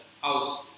house